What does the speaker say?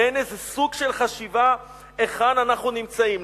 אין איזה סוג של חשיבה היכן אנחנו נמצאים.